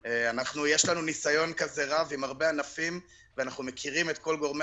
יש לנו ניסיון כזה רב עם הרבה ענפים ואנחנו מכירים את כל גורמי